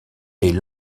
est